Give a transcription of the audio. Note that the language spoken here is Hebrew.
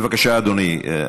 בבקשה, אדוני.